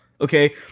Okay